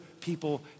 people